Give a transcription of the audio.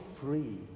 free